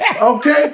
Okay